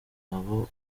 abo